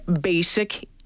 basic